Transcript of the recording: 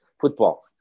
football